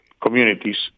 communities